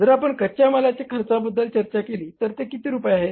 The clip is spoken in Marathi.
जर आपण कच्या मालाच्या खर्चाबद्दल चर्चा केली तर ते किती रुपये आहे